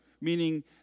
meaning